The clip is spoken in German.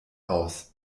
aus